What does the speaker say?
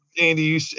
Andy